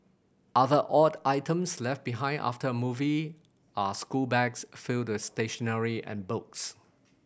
other odd items left behind after a movie are school bags filled stationery and boats